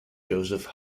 joseph